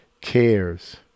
cares